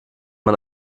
man